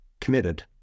committed